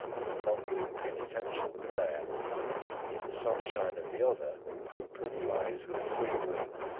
mumbling penitential prayer in the sunshine of the other hope flies with a free wing,